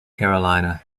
carolina